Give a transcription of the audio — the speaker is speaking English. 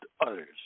others